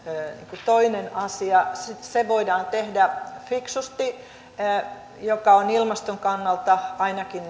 toinen asia se se voidaan tehdä fiksusti siten että se on ilmaston kannalta ainakin